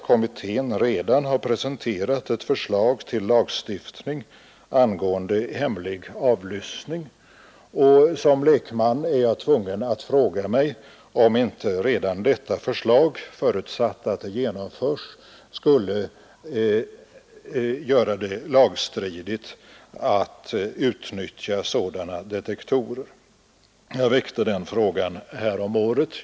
Kommittén har presenterat ett förslag till lagstiftning angående hemlig avlyssning, och som lekman är jag tvungen att fråga mig om inte redan detta förslag, förutsatt att det genomförs, skulle göra det lagstridigt att utnyttja sådana detektorer. Jag väckte den frågan häromåret.